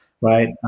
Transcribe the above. right